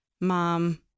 mom